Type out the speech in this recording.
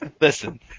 Listen